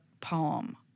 poem